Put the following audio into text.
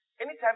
Anytime